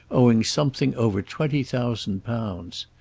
owing something over twenty thousand pounds.